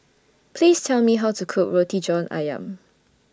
Please Tell Me How to Cook Roti John Ayam